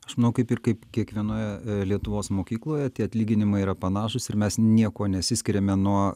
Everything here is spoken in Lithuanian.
aš manau kaip ir kaip kiekvienoje lietuvos mokykloje tie atlyginimai yra panašūs ir mes niekuo nesiskiriame nuo